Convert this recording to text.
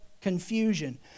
Confusion